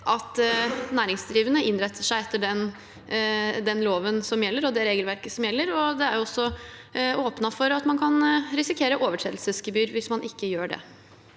at næringsdrivende innretter seg etter den loven og det regelverket som gjelder. Det er også åpnet for at man kan risikere overtredelsesgebyr hvis man ikke gjør det.